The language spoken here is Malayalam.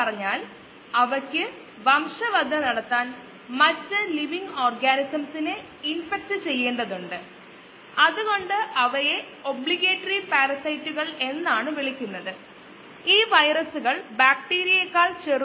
അതിനാൽ നമുക്ക് യഥാർത്ഥത്തിൽ x വേരിയബിളുകളിൽ താൽപ്പര്യമുണ്ട് ഒപ്പം വേരിയബിളായ S x എന്നിവയുമായി ബന്ധപ്പെട്ടിരിക്കുന്നു